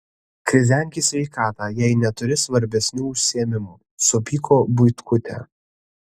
krizenk į sveikatą jei neturi svarbesnių užsiėmimų supyko buitkutė